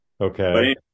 Okay